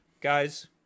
Guys